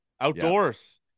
Outdoors